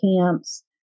camps